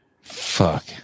Fuck